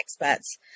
Experts